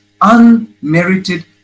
unmerited